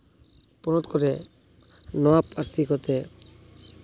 ᱯᱚᱱᱚᱛ ᱠᱚᱨᱮ ᱱᱚᱣᱟ ᱯᱟᱹᱨᱥᱤ ᱠᱚᱛᱮ